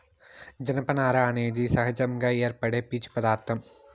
జనపనార అనేది సహజంగా ఏర్పడే పీచు పదార్ధం